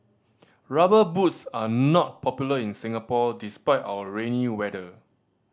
Rubber Boots are not popular in Singapore despite our rainy weather